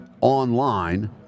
online